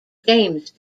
james